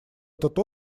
этот